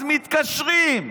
אז מתקשרים.